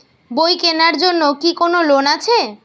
বই কেনার জন্য কি কোন লোন আছে?